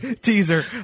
teaser